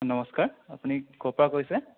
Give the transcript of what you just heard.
নমস্কাৰ আপুনি ক'ৰ পৰা কৈছে